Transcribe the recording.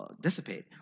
dissipate